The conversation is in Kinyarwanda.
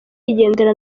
yigendera